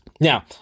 now